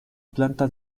planta